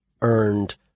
earned